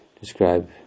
describe